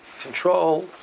control